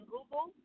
Google